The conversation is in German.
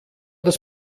das